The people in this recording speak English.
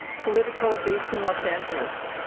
political based in los angeles.